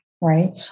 right